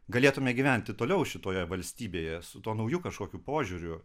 galėtume gyventi toliau šitoje valstybėje su tuo nauju kažkokiu požiūriu